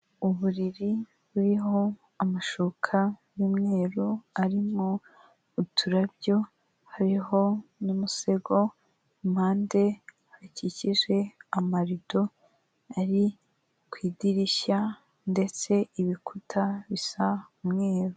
Uburiri buriho amashuka y'umweru arimo uturabyo, hariho n'umusego impande hakikije amarido ari ku idirishya, ndetse ibikuta bisa umweru.